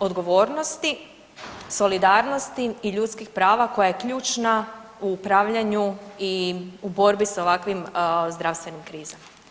odgovornosti, solidarnosti i ljudskih prava koja je ključna u upravljanju i u borbi s ovakvim zdravstvenim krizama.